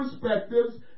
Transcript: perspectives